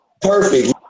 perfect